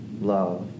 love